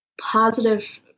positive